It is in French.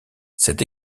cette